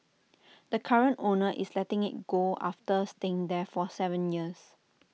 the current owner is letting IT go after staying there for Seven years